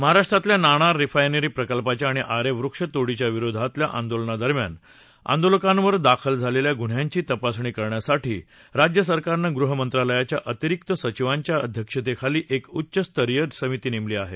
महाराष्ट्रातल्या नाणार रिफायनरी प्रकल्पाच्या आणि आरे वृक्षतोडीच्या विरोधातल्या आंदोलनादरम्यान आंदोलकांवर दाखल झालेल्या गुन्ह्यांची तपासणी करण्यासाठी राज्य सरकारनं गृह मंत्रालयाच्या अतिरिक्त सचिवांच्या अध्यक्षतेखाली एक उच्चस्तरीय समिती नेमली आहे